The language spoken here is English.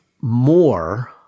more